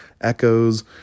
Echoes